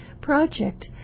project